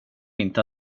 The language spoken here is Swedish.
inte